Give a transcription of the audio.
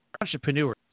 entrepreneurs